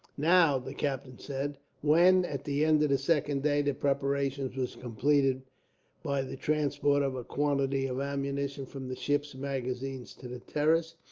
now, the captain said when, at the end of the second day, the preparations were completed by the transport of a quantity of ammunition from the ship's magazine to the terrace,